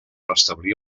restablir